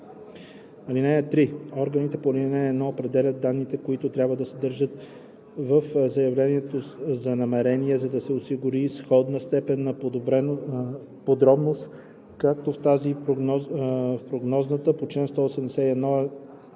(3) Органите по ал. 1 определят данните, които трябва да се съдържат в заявленията за намерение, за да се осигури сходна степен на подробност като тази в прогнозата по чл. 181а,